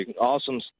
Awesome